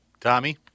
Tommy